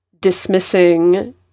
dismissing